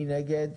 מי נגד?